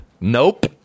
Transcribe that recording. nope